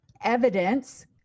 evidence